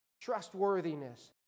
trustworthiness